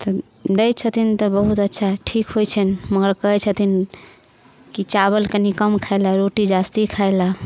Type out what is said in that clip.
तऽ दय छथिन तऽ बहुत अच्छा ठीक होय छनि मगर कहैत छथिन की चावल कनि कम खाय लऽ रोटी जास्ती खै लऽ